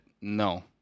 no